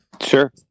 sure